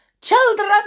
Children